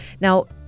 Now